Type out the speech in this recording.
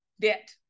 debt